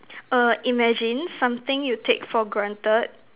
err imagine something you take for granted